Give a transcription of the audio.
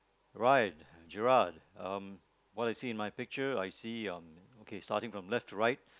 right Gerand um what do you see in my picture I see um okay starting from left to right